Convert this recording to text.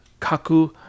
Kaku